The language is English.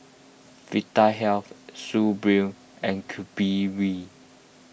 Vitahealth Suu Balm and Bee